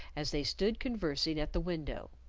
as they stood conversing at the window.